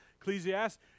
Ecclesiastes